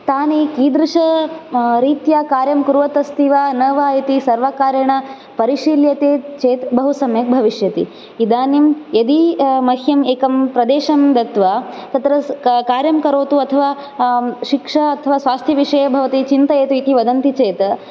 तानि कीदृश रीत्या कार्यं कुर्वत् अस्ति वा न वा इति सर्वकारेण परिशील्यते चेत् बहु सम्यक् भविष्यति इदानीं यदि मह्यं एकं प्रदेशं दत्वा तत्र का कार्यं करोतु अथवा शिक्षा अथवा स्वास्थ्यविषये भवती चिन्तयतु इति वदन्ति चेत्